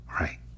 Right